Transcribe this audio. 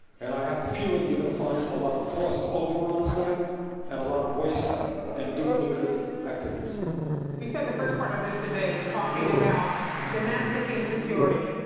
and i have the feeling you're going to find a lot of cost overruns there and a lot of waste and duplicative activities. ifill we spent the first part of this debate talking about domestic insecurity.